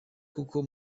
kuko